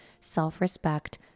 self-respect